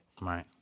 Right